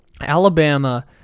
alabama